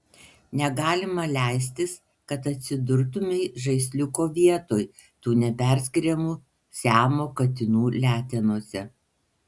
negalima leistis kad atsidurtumei žaisliuko vietoj tų neperskiriamų siamo katinų letenose